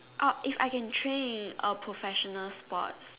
orh if I can train a professional sports